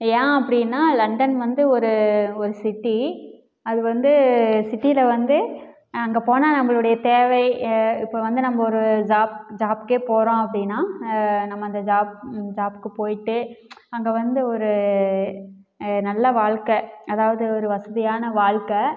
ஏன் அப்படின்னா லண்டன் வந்து ஒரு ஒரு சிட்டி அது வந்து சிட்டியில் வந்து அங்கே போனால் நம்மளுடைய தேவை இப்போ வந்து நம்ம ஒரு ஜாப் ஜாப்க்கே போகிறோம் அப்படின்னா நம்ம அந்த ஜாப் ஜாப்க்கு போய்விட்டு அங்கே வந்து ஒரு நல்ல வாழ்க்கை அதாவது ஒரு வசதியான வாழ்க்கை